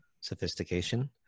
sophistication